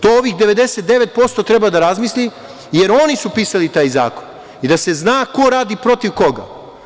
To ovih 99% treba da razmisli jer oni su pisali taj zakon i da se zna ko radi protiv koga.